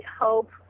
hope